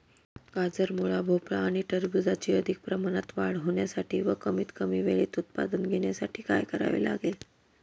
गाजर, मुळा, भोपळा आणि टरबूजाची अधिक प्रमाणात वाढ होण्यासाठी व कमीत कमी वेळेत उत्पादन घेण्यासाठी काय करावे लागेल?